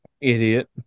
Idiot